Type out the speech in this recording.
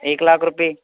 एक लाख रुपये